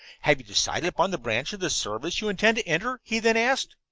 have you decided upon the branch of the service you intend to enter? he then asked.